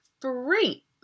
free